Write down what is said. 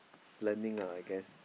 learning lah I guess